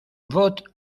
vote